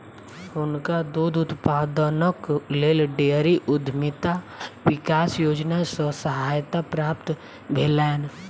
हुनका दूध उत्पादनक लेल डेयरी उद्यमिता विकास योजना सॅ सहायता प्राप्त भेलैन